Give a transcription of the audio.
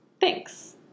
thanks